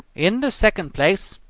in the second place,